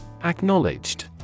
Acknowledged